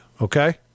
okay